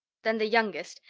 then the youngest,